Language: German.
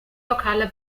lokaler